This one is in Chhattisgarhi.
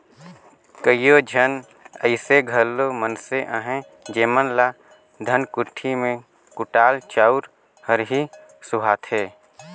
कइयो झन अइसे घलो मइनसे अहें जेमन ल धनकुट्टी में कुटाल चाँउर हर ही सुहाथे